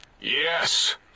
Yes